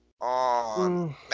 on